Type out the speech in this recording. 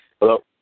Hello